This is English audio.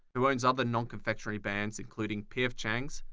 who own other non confectionary brands including p f. chang's,